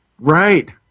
Right